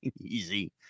easy